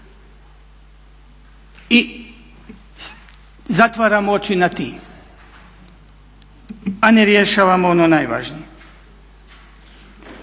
I zatvaramo oči nad tim a ne rješavamo ono najvažnije.